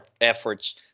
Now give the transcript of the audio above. efforts